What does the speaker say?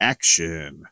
Action